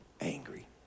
angry